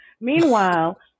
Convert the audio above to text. Meanwhile